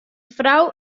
frou